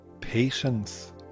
patience